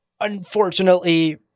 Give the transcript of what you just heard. Unfortunately